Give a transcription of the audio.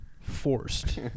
forced